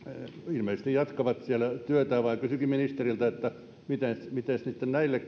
ilmeisesti jatkavat siellä työtään kysynkin ministeriltä miten miten näille